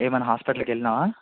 ఏమన్న హాస్పిటల్ కి వెళ్ళినావా